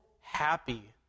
happy